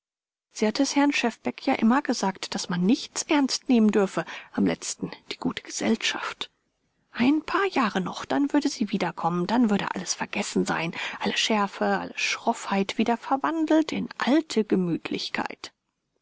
sie hatte es herrn schefbeck ja immer gesagt daß man nichts ernst nehmen dürfe am letzten die gute gesellschaft ein paar jahre noch dann würde sie wiederkommen dann würde alles vergessen sein alle schärfe alle schroffheit wieder verwandelt in alte gemütlichkeit